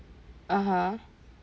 (uh huh)